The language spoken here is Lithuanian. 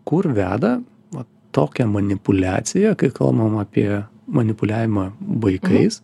kur veda va tokia manipuliacija kai kalbam apie manipuliavimą vaikais